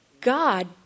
God